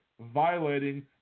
violating